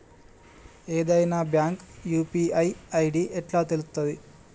ఏదైనా bank UPI ID ఎట్లా తెలుత్తది?